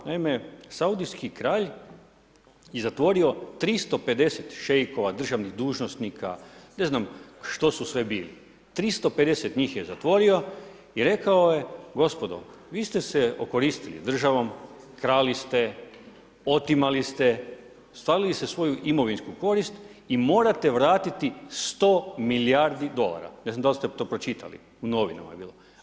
Naime, saudijski kralj je zatvorio 350 šejkova, državnih dužnosnika, ne znam što su sve bili, 350 njih je zatvorio i rekao: „Gospodo, vi ste se okoristili državom, krali ste, otimali ste, ostvarili ste svoju imovinsku korist i morate vratiti 100 milijardi dolara.“ Ne znam da li ste to pročitali, u novinama je bilo?